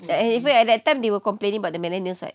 eh even at that time they were complaining about the millennials right